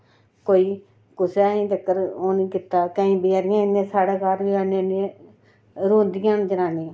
ते कुसै अजें तगर ओह् निं कीता साढ़े घर आह्नियै इन्नियां रोंदियां न जनानियां